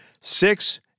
Six